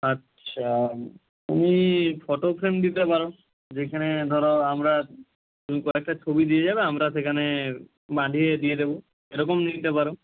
আচ্ছা তুমি photo frame দিতে পারো যেখানে ধরো আমরা তুমি কয়েকটা ছবি দিয়ে যাবে আমরা সেখানে বাঁধিয়ে দিয়ে দেবো এরকম নিতে পারো